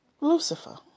Lucifer